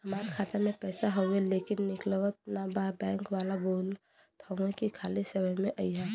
हमार खाता में पैसा हवुवे लेकिन निकलत ना बा बैंक वाला बोलत हऊवे की खाली समय में अईहा